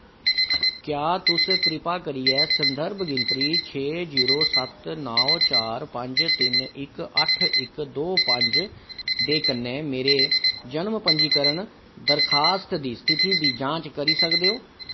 क्या तुस किरपा करियै संदर्भ गिनतरी छे जीरो सत्त नौ चार पंज तिन इक अट्ठ इक दो पंज दे कन्नै मेरे जन्म पंजीकरण दरखास्त दी स्थिति दी जांच करी सकदे ओ